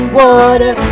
water